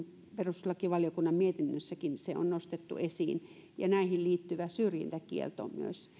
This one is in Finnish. perustuslakivaliokunnan mietinnössäkin se on nostettu esiin ja näihin liittyvä syrjintäkielto myös